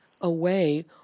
away